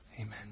Amen